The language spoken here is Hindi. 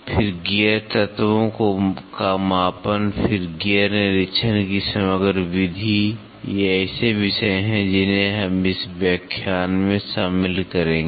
फिर गियर तत्वों का मापन फिर गियर निरीक्षण की समग्र विधि ये ऐसे विषय हैं जिन्हें हम इस व्याख्यान में शामिल करेंगे